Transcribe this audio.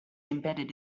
embedded